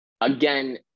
Again